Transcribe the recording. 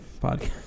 podcast